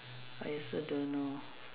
I also don't know